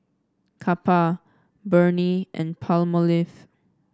Kappa Burnie and Palmolive